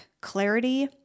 clarity